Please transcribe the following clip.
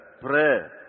prayer